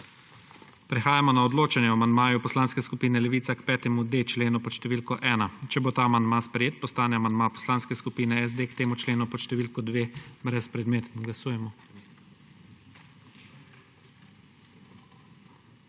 Prehajamo na odločanje o amandmaju Poslanske skupine Levica k 5.d členu pod številko 1. Če bo ta amandma sprejet, postane amandma Poslanske skupine SD k temu členu pod številko 2 brezpredmeten. Glasujemo.